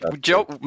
Joe